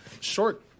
short